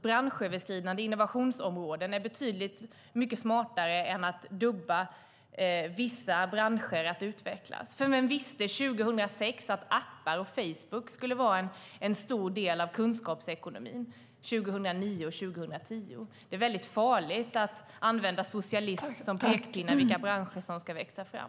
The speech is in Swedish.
Branschöverskridande innovationsområden är alltså betydligt mycket smartare än att tubba vissa branscher att utvecklas. För vem visste 2006 att appar och Facebook skulle vara en stor del av kunskapsekonomin 2009 och 2010? Det är farligt att använda socialism som pekpinne när det gäller vilka branscher som ska växa fram.